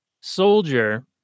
soldier